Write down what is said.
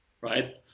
Right